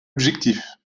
objectif